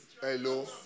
hello